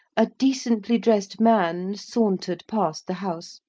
a decently-dressed man sauntered past the house,